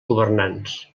governants